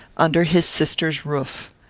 under his sister's roof.